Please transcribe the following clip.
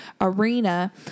arena